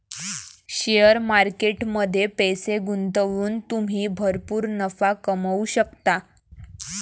share market मध्ये पैसे गुंतवून तुम्ही भरपूर नफा कमवू शकता